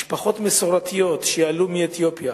משפחות מסורתיות שעלו מאתיופיה,